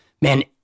man